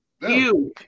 Huge